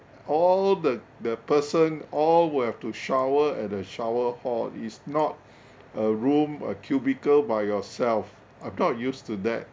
all the the person all will have to shower at a shower hall it's not a room a cubicle by yourself I'm not used to that